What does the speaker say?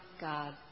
God